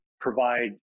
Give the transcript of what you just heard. provide